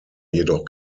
jedoch